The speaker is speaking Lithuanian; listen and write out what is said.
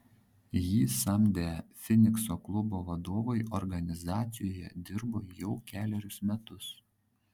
jį samdę finikso klubo vadovai organizacijoje dirbo jau kelerius metus